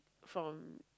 from